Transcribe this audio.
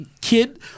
kid